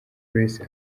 grace